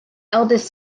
eldest